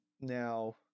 Now